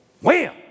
wham